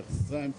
דרך מצריים.